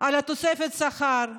על תוספת השכר.